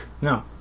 No